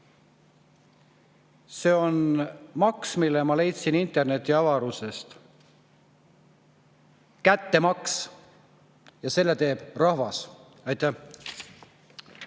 See on maks, mille ma leidsin internetiavarustest: kättemaks. Selle teeb rahvas. Aitäh!